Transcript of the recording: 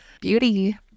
beauty